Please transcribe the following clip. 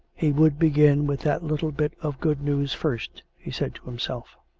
he would begin with that little bit of good news first, he said to himself.